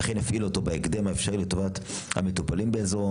אכן יפעיל אותו בהקדם האפשרי לטובת המטופלים באזורו.